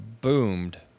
boomed